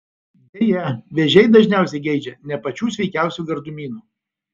deja vėžiai dažniausiai geidžia ne pačių sveikiausių gardumynų